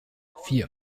vier